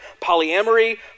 Polyamory